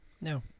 No